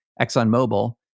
ExxonMobil